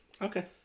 Okay